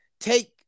take